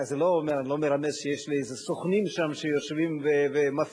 אני לא מרמז שיש לי איזה סוכנים שם שיושבים ומפעילים,